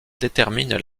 déterminent